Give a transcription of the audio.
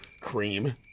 cream